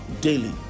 daily